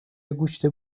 گوشت